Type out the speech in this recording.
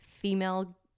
female